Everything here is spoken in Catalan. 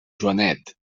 joanet